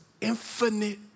infinite